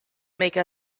make